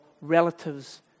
relatives